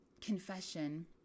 confession